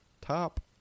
top